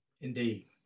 indeed